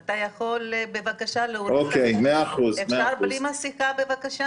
אם תשימו לב המשק עובד,